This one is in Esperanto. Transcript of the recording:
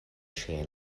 ŝiaj